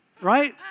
right